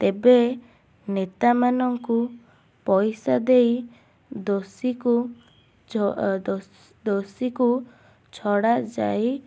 ତେବେ ନେତାମାନଙ୍କୁ ପଇସା ଦେଇ ଦୋଷୀ କୁ ଦୋଷୀକୁ ଛଡ଼ାଯାଇ